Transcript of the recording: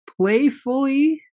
playfully